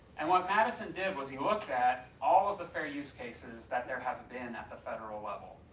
and what madison did was he looked at all of the fair use cases that there have been at the federal level,